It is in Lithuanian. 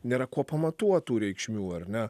nėra kuo pamatuot tų reikšmių ar ne